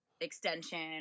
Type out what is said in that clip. extension